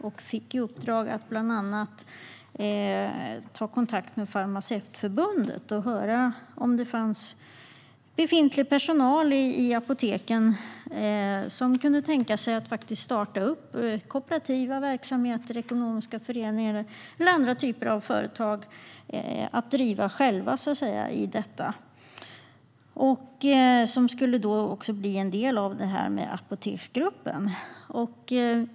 Jag fick i uppdrag att bland annat ta kontakt med Farmacevtförbundet och höra om det fanns befintlig personal i apoteken som kunde tänka sig att starta och själva driva kooperativa verksamheter, ekonomiska föreningar eller andra typer av företag som då skulle bli en del av Apoteksgruppen.